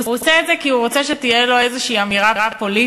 הוא עושה את זה כי הוא רוצה שתהיה לו איזו אמירה פוליטית,